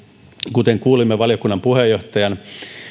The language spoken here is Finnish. kuten kuulimme valiokunnan puheenjohtajan